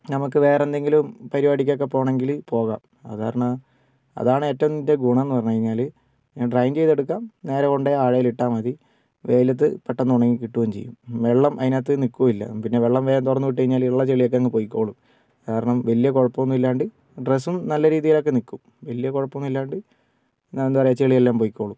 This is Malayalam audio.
നമ്മൾക്ക് വേറെ എന്തെങ്കിലും പരിപാടിക്ക് ഒക്കെ പോകണമെങ്കിൽ പോകാം അതാണ് ഏറ്റവും ഇതിന്റെ ഗുണം എന്നു പറഞ്ഞു കഴിഞ്ഞാൽ ഡ്രയിൻ ചെയ്ത് എടുക്കാം നേരെ കൊണ്ടുപോയി അഴയിലിട്ടാൽമതി വെയിലത്ത് പെട്ടന്ന് ഉണങ്ങി കിട്ടുകയും ചെയ്യും വെള്ളം അതിനകത്ത് നിൽക്കുകയും ഇല്ല പിന്നെ വെള്ളം വേഗം തുറന്നു വിട്ട് കഴിഞ്ഞാൽ ഉള്ള ചെളി ഒക്കെ അങ്ങ് പൊയ്ക്കോളും കാരണം വലിയ കുഴപ്പമൊന്നും ഇല്ലാണ്ട് ഡ്രസ്സും നല്ല രീതിയിലൊക്കെ നിൽക്കും വലിയ കുഴപ്പമൊന്നും ഇല്ലാണ്ട് എന്നാൽ എന്താ പറയുക ചെളി എല്ലാം പൊയ്ക്കോളും